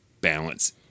balance